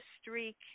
streak